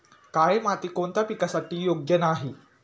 काळी माती कोणत्या पिकासाठी योग्य नाही?